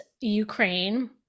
Ukraine